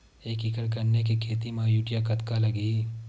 एक एकड़ गन्ने के खेती म यूरिया कतका लगही?